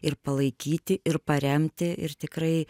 ir palaikyti ir paremti ir tikrai